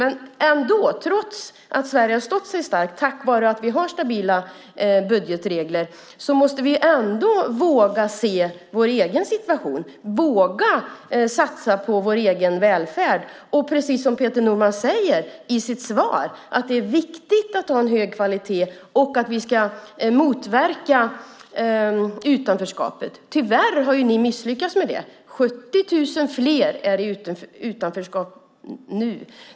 Men trots att Sverige har stått sig starkt tack vare att vi har stabila budgetregler måste vi våga se vår egen situation och våga satsa på vår egen välfärd. Precis som Peter Norman säger i sitt svar är det viktigt att ha en hög kvalitet och att vi ska motverka utanförskapet. Tyvärr har ni misslyckats med det. 70 000 fler är i utanförskap nu.